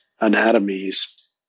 anatomies